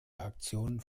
aktion